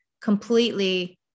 completely